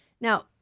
Now